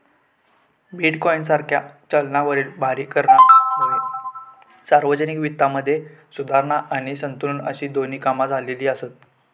bitcoin सारख्या चलनावरील भारी करांमुळे सार्वजनिक वित्तामध्ये सुधारणा आणि संतुलन अशी दोन्ही कामा झालेली आसत